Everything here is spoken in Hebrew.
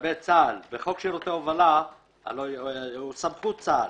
לגבי צה"ל, סמכות צה"ל,